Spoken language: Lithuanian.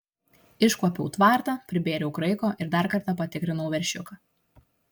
iškuopiau tvartą pribėriau kraiko ir dar kartą patikrinau veršiuką